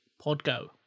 Podgo